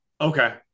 Okay